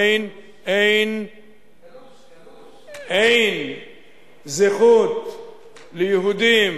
כלומר, אין זכות ליהודים